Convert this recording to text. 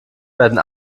werden